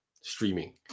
streaming